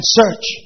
search